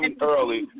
early